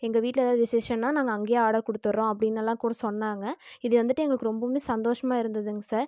எங்கள் வீட்டில ஏதாவது விஷேசம்னால் நாங்கள் அங்கேயே ஆடர் கொடுத்துடுறோம் அப்படின்னு எல்லாம் கூட சொன்னாங்கள் இது வந்துட்டு எங்களுக்கு ரொம்பவுமே சந்தோசமாக இருந்ததுங்க சார்